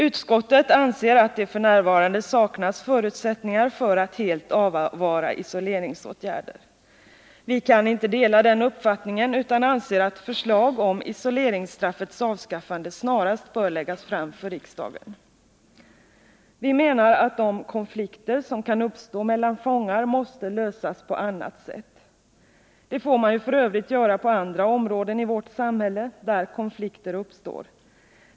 Utskottet anser att det f. n. saknas förutsättningar för att helt avvara isoleringsåtgärder. Vi kan inte dela den uppfattningen utan anser att förslag om isoleringsstraffets avskaffande snarast bör läggas fram för riksdagen. Vi menar att de konflikter som kan uppstå mellan fångar måste lösas på annat sätt. Det får man f. ö. göra på andra områden i vårt samhälle, där konflikter uppstår.